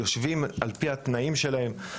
יושבים על פי התנאים שלהם,